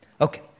Okay